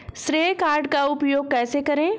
श्रेय कार्ड का उपयोग कैसे करें?